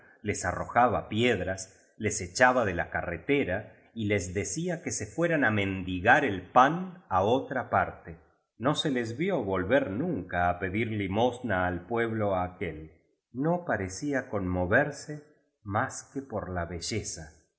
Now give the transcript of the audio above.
les arrojaba piedras les echaba de la carretera y les decía que se fueran á mendigar el pan á obra parte no se les vio volver nunca á pedir limosna al pueblo aquel no parecía conmoverse más que por la belleza